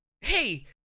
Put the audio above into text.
Hey